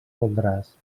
voldràs